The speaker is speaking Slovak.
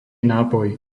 nápoj